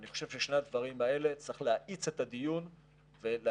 ואני חושב שבשני הדברים האלה צריך להאיץ את הדיון ולהגיע.